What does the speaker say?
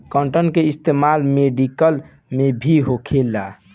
cotton के इस्तेमाल medical में भी होखेला